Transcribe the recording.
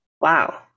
wow